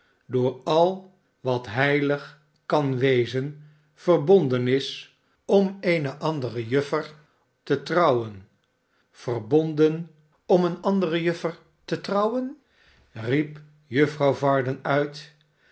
door al wat heilig kan wezen verbonden is om eene andere juffer te trouwen verbonden omeeneandere juffer te trouwen riep juffrouw varden uit